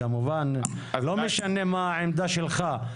לא משנה מה העמדה שלך,